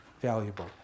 valuable